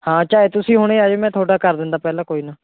ਹਾਂ ਚਾਹੇ ਤੁਸੀਂ ਹੁਣੇ ਆ ਜਾਓ ਮੈਂ ਤੁਹਾਡਾ ਕਰ ਦਿੰਦਾ ਪਹਿਲਾਂ ਕੋਈ ਨਾ